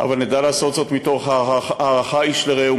אבל נדע לעשות זאת מתוך הערכה איש לרעהו,